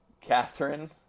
Catherine